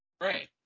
Right